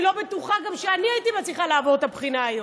אני לא בטוחה שאני הייתי מצליחה לעבור את הבחינה היום,